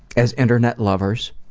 as internet lovers,